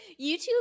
YouTube